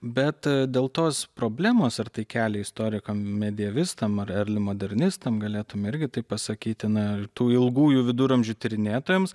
bet dėl tos problemos ar tai kelia istorikam medievistam ar modernistam galėtume irgi taip pasakyti na tų ilgųjų viduramžių tyrinėtojams